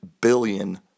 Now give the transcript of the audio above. billion